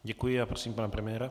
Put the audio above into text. Děkuji a prosím pana premiéra.